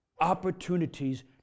Opportunities